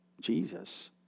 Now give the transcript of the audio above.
Jesus